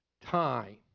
time